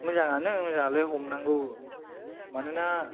मोजां आनो मोजां आलाय हमनांगौ मानोना